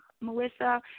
Melissa